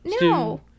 No